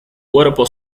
cuerpo